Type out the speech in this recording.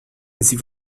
sie